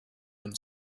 him